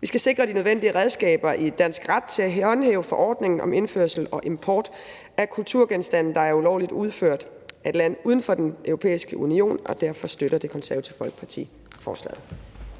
Vi skal sikre de nødvendige redskaber i dansk ret til at håndhæve forordningen om indførsel og import af kulturgenstande, der er ulovligt udført af et land uden for Den Europæiske Union, og derfor støtter Det Konservative Folkeparti forslaget.